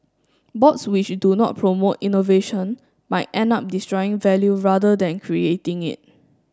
boards which do not promote innovation might end up destroying value rather than creating it